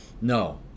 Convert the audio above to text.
No